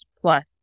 Plus